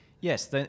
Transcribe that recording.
Yes